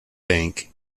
bank